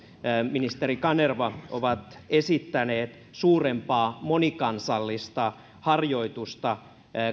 edustaja kanerva ovat esittäneet suurempaa monikansallista harjoitusta